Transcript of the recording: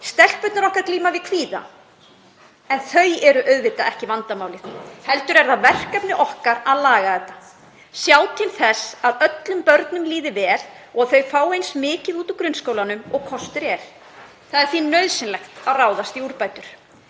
stelpurnar okkar glíma við kvíða. En þau eru auðvitað ekki vandamálið heldur er það verkefni okkar að laga þetta, sjá til þess að öllum börnum líði vel og þau fái eins mikið út úr grunnskólanum og kostur er. Það er því nauðsynlegt að ráðast í úrbætur.